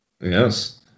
Yes